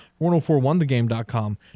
1041thegame.com